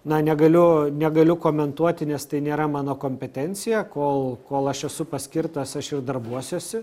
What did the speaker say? na negaliu negaliu komentuoti nes tai nėra mano kompetencija kol kol aš esu paskirtas aš jau darbuosiuosi